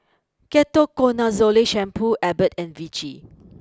Ketoconazole Shampoo Abbott and Vichy